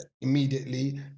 immediately